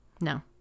no